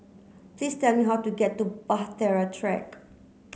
please tell me how to get to Bahtera Track